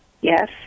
Yes